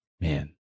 Man